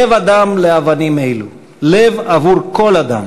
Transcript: לב אדם לאבנים אלו, לב עבור כל אדם.